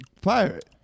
pirate